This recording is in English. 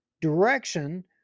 direction